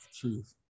truth